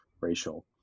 racial